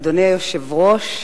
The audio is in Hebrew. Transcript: אדוני היושב-ראש,